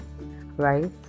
right